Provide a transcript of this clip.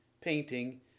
painting